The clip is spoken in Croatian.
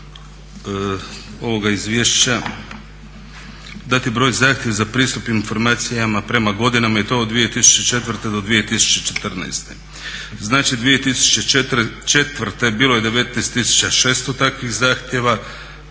ovoga izvješća, dati broj zahtjev za pristup informacijama prema godinama i to od 2004.do 2014. Znači 2004.bilo je 19 600 takvih zahtjeva,